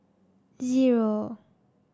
zero